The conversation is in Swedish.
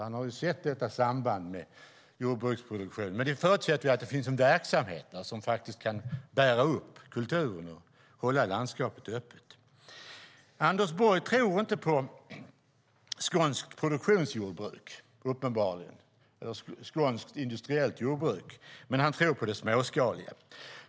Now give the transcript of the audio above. Han har ju sett detta samband med jordbruksproduktion. Men det förutsätter att det finns en verksamhet som faktiskt kan bära upp kulturen och hålla landskapet öppet. Anders Borg tror uppenbarligen inte på skånskt produktionsjordbruk, skånskt industriellt jordbruk, men han tror på det småskaliga.